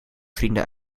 vrienden